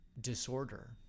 disorder